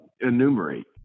enumerate